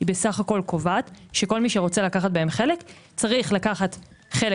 היא סך הכול קובעת שכל מי שרוצה לקחת בהם חלק יצטרכו לקחת חלק